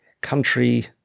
country